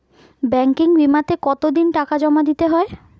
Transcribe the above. Banking বিমাতে কত দিন টাকা জমা দিতে হয়?